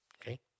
Okay